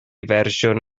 fersiwn